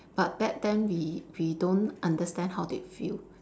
but back then we we don't understand how they feel